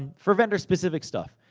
and for vendor-specific stuff.